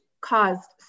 caused